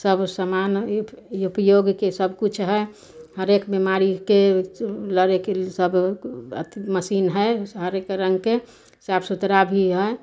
सब सामान भी उपयोगके सबकिछु हइ हरेक बीमारीके लड़यके सब अथी मशीन हइ हरेक रङ्गके साफ सुथरा भी हइ